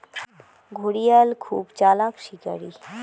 ঘড়িয়াল খুব চালাক শিকারী